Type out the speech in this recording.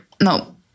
No